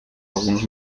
algunos